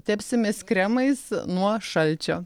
tepsimės kremais nuo šalčio